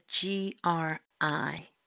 G-R-I